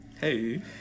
Hey